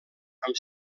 amb